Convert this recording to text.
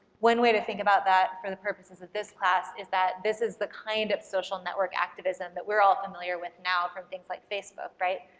one way to think about that for the purposes of this class is that this is the kind of social network activism that we're all familiar with now from things like facebook, right,